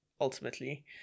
ultimately